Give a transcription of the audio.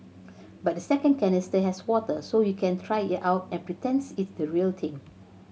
but the second canister has water so you can try it out and pretend it's the real thing